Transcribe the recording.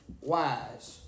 wise